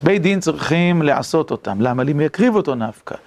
בית דין צריכים לעשות אותם, למה לי מקריב אותו נפקא?